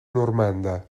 normanda